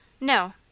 No